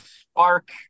spark